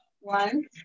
one